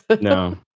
No